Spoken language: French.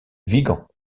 vigan